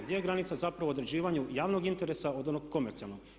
Gdje je granica zapravo određivanju javnog interesa od onog komercijalnog?